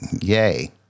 yay